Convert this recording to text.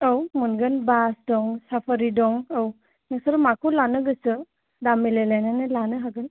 औ मोनगोन बास दं साफारि दं औ नोंसोर माखौ लानो गोसो दाम मिलायलायनानै लानो हागोन